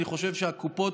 אני חושב שהקופות,